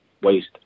waste